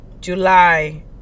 July